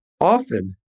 often